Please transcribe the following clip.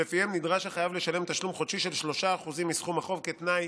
שלפיהם נדרש החייב לשלם תשלום חודשי של 3% מסכום החוב כתנאי